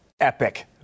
epic